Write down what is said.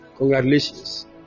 Congratulations